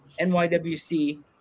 NYWC